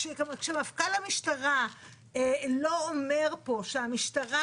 כשמפכ"ל המשטרה לא אומר פה שהמשטרה